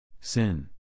Sin